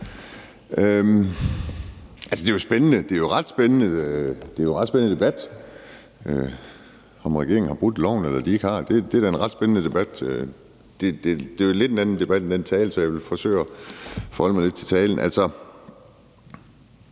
timet min gang herop efter det. Det er jo en ret spændende debat om, om regeringen har brudt loven eller de ikke har. Det er da en ret spændende debat. Det er jo en lidt anden debat, så jeg vil forsøge at forholde mig lidt til talen. Vi